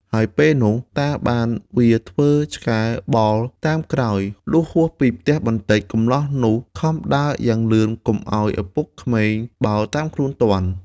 ហើយពេលនោះ តាបានវារធ្វើឆ្កែបោលតាមក្រោយ លុះហួសពីផ្ទះបន្តិចកម្លោះនោះខំដើរយ៉ាងលឿន កុំឱ្យឪពុកក្មេកបោលតាមខ្លួនទាន់។